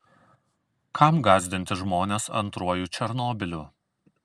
kam gąsdinti žmones antruoju černobyliu